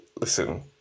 Listen